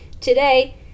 today